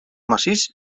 massís